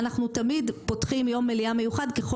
אנחנו תמיד פותחים יום מליאה מיוחד ככל